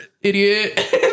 idiot